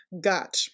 got